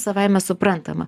savaime suprantama